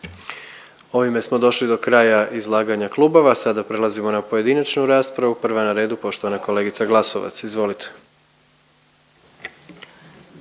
Ovime smo došli do kraja izlaganja klubova, sada prelazimo na pojedinačnu raspravu. Prva je na redu poštovana kolegica Glasovac. Izvolite.